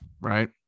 right